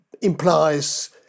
implies